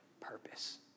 purpose